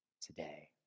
today